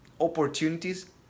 opportunities